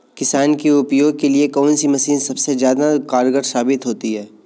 किसान के उपयोग के लिए कौन सी मशीन सबसे ज्यादा कारगर साबित होती है?